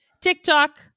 TikTok